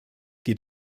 geht